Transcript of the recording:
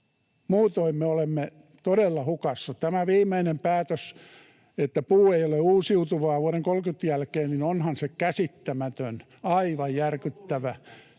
Muutoin me olemme todella hukassa. Tämä viimeinen päätös, että puu ei ole uusiutuvaa vuoden 30 jälkeen, onhan se käsittämätön, aivan järkyttävä.